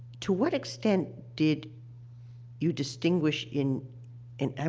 to what extent did you distinguish in in